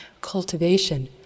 cultivation